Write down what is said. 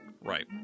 Right